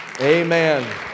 Amen